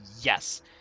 Yes